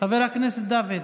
חבר הכנסת דוד.